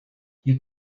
you